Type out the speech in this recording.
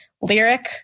lyric